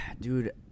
dude